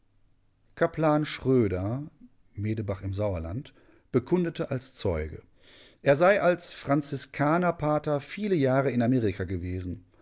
kaplan schröder medebach im sauerlande bekundete als zeuge er sei als franziskanerpater viele jahre in amerika gewesen